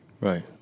Right